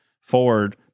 forward